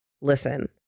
listen